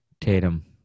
tatum